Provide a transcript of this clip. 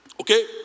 okay